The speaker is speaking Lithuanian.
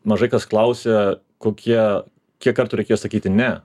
mažai kas klausia kokie kiek kartų reikėjo sakyti ne